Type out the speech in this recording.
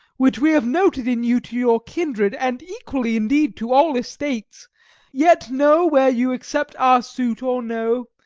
which we have noted in you to your kindred, and equally, indeed, to all estates yet know, whe'er you accept our suit or no,